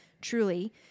Truly